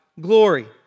glory